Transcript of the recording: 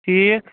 ٹھیٖک